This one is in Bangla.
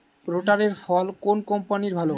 রোটারের ফল কোন কম্পানির ভালো?